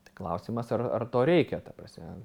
tik klausimas ar ar to reikia ta prasme